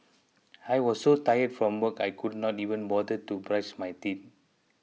I was so tired from work I could not even bother to brush my teeth